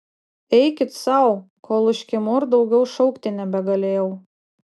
eikit sau kol užkimau ir daugiau šaukti nebegalėjau